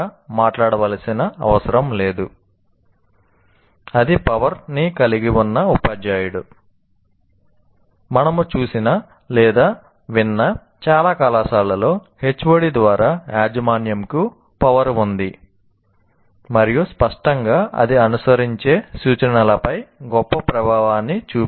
ఎవరికి పవర్ ఉంది మరియు స్పష్టంగా అది అనుసరించే సూచనలపై గొప్ప ప్రభావాన్ని చూపుతుంది